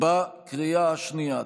בקריאה השנייה.